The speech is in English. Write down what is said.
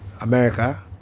America